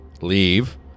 leave